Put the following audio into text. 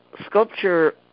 sculpture